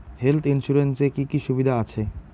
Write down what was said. Health insurance এ কি কি সুবিধা আছে?